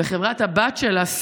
וחברת-הבת שלה,